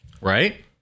Right